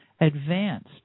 advanced